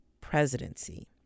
presidency